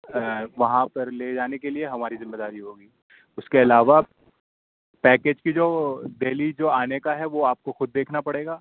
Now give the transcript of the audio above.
وہاں پر لے جانے کے لیے ہماری ذمے داری ہوگی اس کے علاوہ پیکیج کی جو دہلی جو آنے کا ہے وہ آپ کو خود دیکھنا پڑے گا